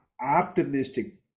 optimistic